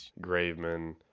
Graveman